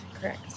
correct